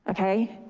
ah okay?